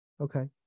Okay